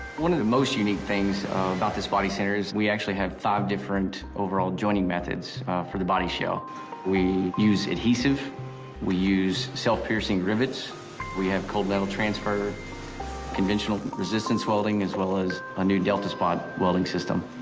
one of the most unique things about this body centers we actually have five different overall joining methods for the body shell we use adhesive we use self piercing rivets we have cold metal transfer conventional resistance welding as well as a new delta spot welding system.